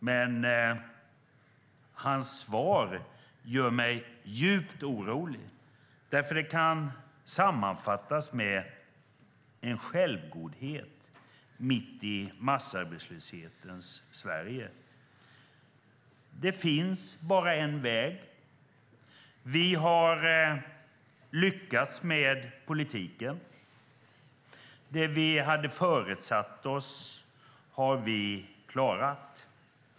Men hans svar gör mig djupt orolig, för det kan sammanfattas med en självgodhet mitt i massarbetslöshetens Sverige: Det finns bara en väg. Vi har lyckats med politiken. Det vi föresatte oss har vi klarat.